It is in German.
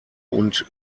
und